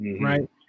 right